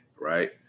right